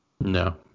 No